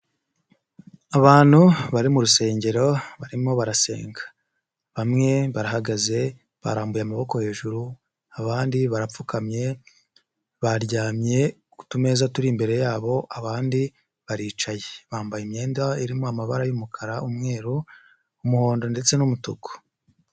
Abantu bari mu rusengero, barimo barasenga, bamwe barahagaze, barambuye amaboko hejuru, abandi barapfukamye, baryamye ku tumeza turi imbere yabo, abandi baricaye, bambaye imyenda irimo amabara y'umukara, umweru, umuhondo ndetse n'umutuku.